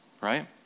Right